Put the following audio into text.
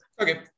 Okay